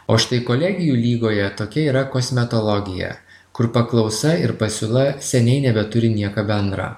o štai kolegijų lygoje tokia yra kosmetologija kur paklausa ir pasiūla seniai nebeturi nieka bendra